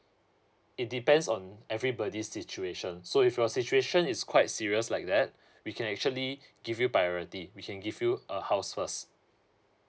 it depends on everybody situation so if your situation is quite serious like that we can actually give you priority we can give you a house first